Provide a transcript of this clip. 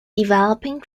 developing